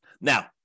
Now